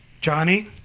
Johnny